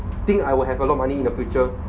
think I will have a lot of money in the future